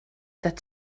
that